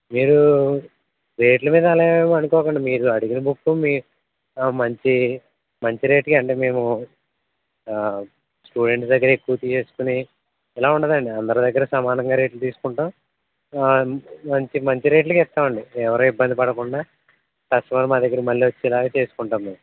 మిరూ రేట్ల మీద అలా ఏం అనుకోకండి మీరు అడిగిన బుక్కు మీ మంచి మంచి రేటుకే అంటే మేము మేము స్టూడెంట్స్ దగ్గర ఎక్కువ తీసేసుకొని ఇలా ఉండదండి అందరి దగ్గర సమానంగా రేట్లు తీసుకుంటాం మంచి మంచి రేట్లకే ఇస్తాం అండి ఎవరూ ఇబ్బంది పడకుండా కస్టమర్ మళ్ళీ మా దగ్గర వచ్చేలా చేసుకుంటాం మేం